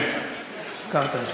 הזכרת לי.